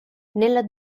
nella